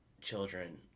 children